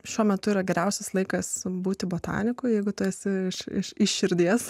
šiuo metu yra geriausias laikas būti botaniko jeigu tu esi iš širdies